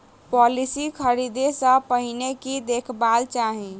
Policy खरीदै सँ पहिने की देखबाक चाहि?